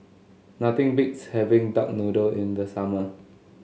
nothing beats having Duck Noodle in the summer